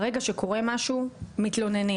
ברגע שקורה משהו מתלוננים.